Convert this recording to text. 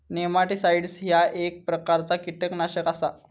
nematicides ह्या एक प्रकारचा कीटकनाशक आसा